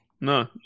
No